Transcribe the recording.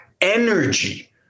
energy